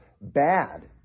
bad